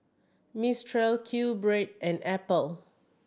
Mistral Q Bread and Apple